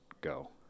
go